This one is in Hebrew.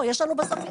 יש לנו --- בהחלט.